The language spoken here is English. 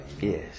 Yes